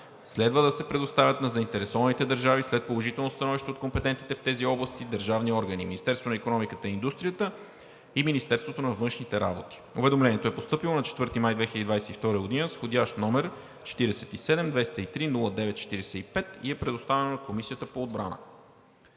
следва да се предоставят на заинтересованите държави след положително становище от компетентните в тези области държавни органи – Министерството на икономиката и индустрията и Министерството на външните работи. Уведомлението е постъпило на 4 май 2022 г. с вх. № 47 203 09-45 и е предоставено на Комисията по отбрана.